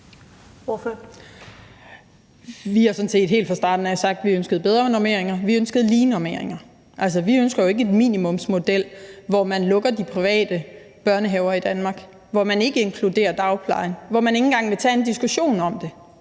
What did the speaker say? Vi har sådan set helt fra starten sagt, at vi ønskede bedre normeringer; og vi ønskede lige normeringer. Altså, vi ønsker jo ikke en minimumsmodel, hvor man lukker de private børnehaver i Danmark, hvor man ikke inkluderer dagplejen, og hvor man ikke engang vil tage en diskussion om det.